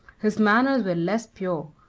his manners were less pure,